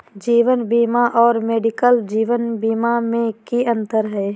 जीवन बीमा और मेडिकल जीवन बीमा में की अंतर है?